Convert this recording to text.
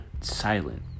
silent